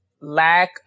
lack